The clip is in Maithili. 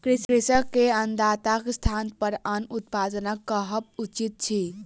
कृषक के अन्नदाताक स्थानपर अन्न उत्पादक कहब उचित अछि